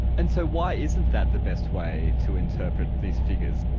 and so why isn't that the best way to interpret these figures?